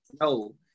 No